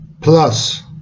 plus